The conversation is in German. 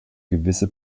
gewisse